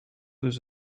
deux